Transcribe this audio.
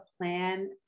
plan